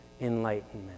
enlightenment